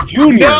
Junior